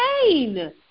pain